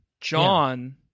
John